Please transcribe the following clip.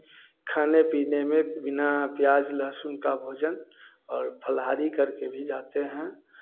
खाने पीने में बिना प्याज़ लहसुन का भोजन और फलाहारी करके भी जाते हैं